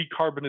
decarbonization